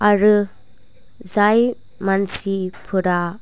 आरो जाय मानसिफोरा